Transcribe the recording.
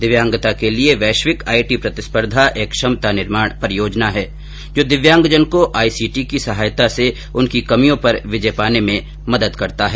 दिव्यांगता के लिए वैश्विक आईटी प्रतिस्पर्धा एक क्षमता निर्माण परियोजना है जो दिव्यांगजन को आईसीटी की सहायता से उनकी कमियों पर विजय पाने में मदद करता है